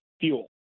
fuel